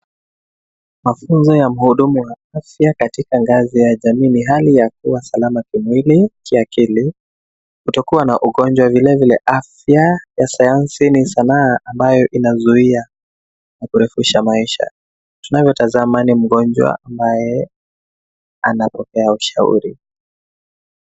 Mafunzo ya mhudumu wa afya katika ngazi ya jamii ni hali ya kuwa salama kimwili, kiakili, kutokuwa na ugonjwa, vile vile afya ya sayansi ni sanaa ambayo inazuia na kurefusha maisha. Tunavyotazama ni mgonjwa ambaye anapokea ushauri.